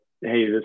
hey